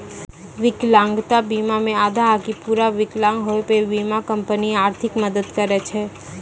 विकलांगता बीमा मे आधा आकि पूरा विकलांग होय पे बीमा कंपनी आर्थिक मदद करै छै